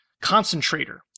concentrator